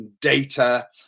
data